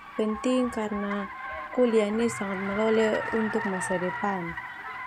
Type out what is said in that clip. Penting karna kuliah ndia sangat malole untuk masa depan.